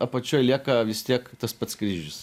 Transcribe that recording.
apačioj lieka vis tiek tas pats kryžius